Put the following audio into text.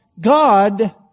God